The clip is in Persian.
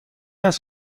است